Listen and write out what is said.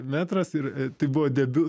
metras ir tai buvo debiu